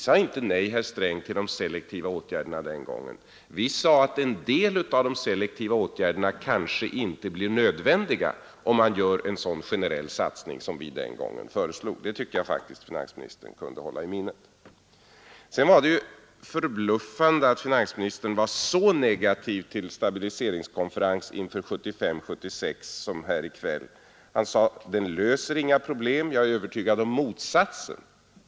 Vi sade inte nej, herr Sträng, till de selektiva åtgärderna den gången. Vi sade att en del av de selektiva åtgärderna kanske inte skulle bli nödvändiga om man gjorde en sådan generell satsning som vi den gången föreslog. Det tycker jag faktiskt finansministern kunde hålla i minnet. Sedan var det förbluffande att finansministern här i kväll var så negativ till en stabiliseringskonferens inför 1975—1976. Han sade: Den löser inga problem — jag är övertygad om motsatsen.